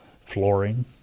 Flooring